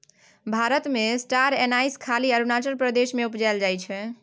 भारत मे star anise खाली अरुणाचल प्रदेश मे उपजाएल जाइ छै